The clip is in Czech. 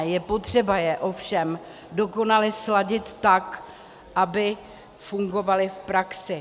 Je potřeba je ovšem dokonale sladit tak, aby fungovaly v praxi.